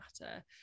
Matter